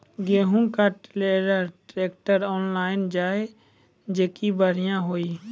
गेहूँ का trailer contractor online जाए जैकी बढ़िया हुआ